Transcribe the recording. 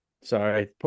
Sorry